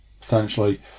Potentially